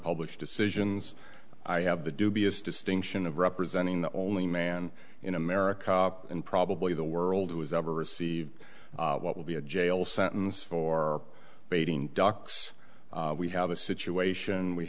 unpublished decisions i have the dubious distinction of representing the only man in america and probably the world who has ever received what would be a jail sentence for beating ducks we have a situation we